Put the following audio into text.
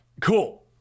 Cool